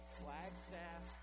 flagstaff